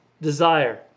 desire